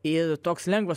ir toks lengvas